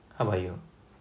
how about you